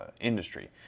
industry